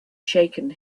shaken